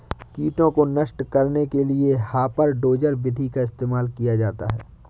कीटों को नष्ट करने के लिए हापर डोजर विधि का इस्तेमाल किया जाता है